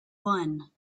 one